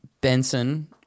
Benson